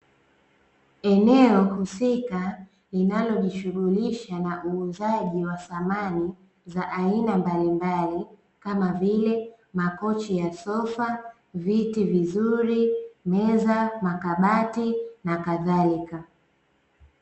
Eneo husika linalojishughulisha na uuzaji wa samani za aina mbalimbali kama vile: makochi ya sofa, viti vizuri, meza, makabati na kadhalika.